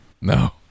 No